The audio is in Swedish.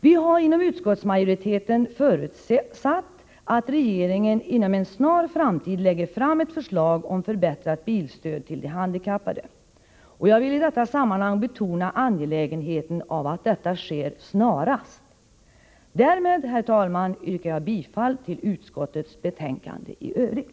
Vi har inom utskottsmajoriteten förutsatt att regeringen inom en snar framtid lägger fram ett förslag om förbättrat bilstöd till de handikappade. Jag vill i detta sammanhang betona angelägenheten av att detta sker snarast. Därmed, herr talman, yrkar jag bifall till hemställan i utskottets betänkande i övrigt.